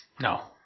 No